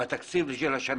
להעביר תקציב לעיר.